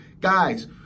Guys